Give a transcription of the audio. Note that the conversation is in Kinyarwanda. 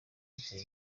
gusaba